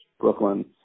Brooklyn